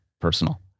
personal